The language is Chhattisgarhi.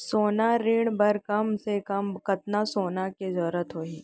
सोना ऋण बर कम से कम कतना सोना के जरूरत होही??